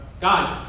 Guys